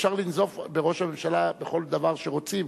אפשר לנזוף בראש הממשלה בכל דבר שרוצים,